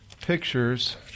pictures